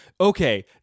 okay